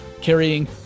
carrying